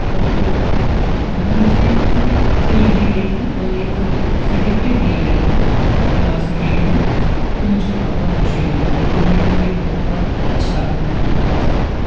और वहाँ मुझे एक शील्ड दी गई थी और एक सर्टिफिकेट दिया गया था सिंगिंग में तो मुझे बहुत खुशी हुई थी वो मेरे लिए बहुत अच्छा अनुभव था वास्तव में